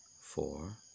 four